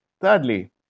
Thirdly